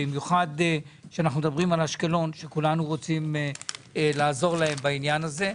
במיוחד כשאנחנו מדברים על אשקלון וכולנו רוצים לעזור להם בעניין הזה.